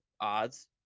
odds